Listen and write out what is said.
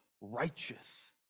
righteous